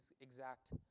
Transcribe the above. exact